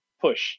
push